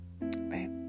right